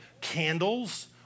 candles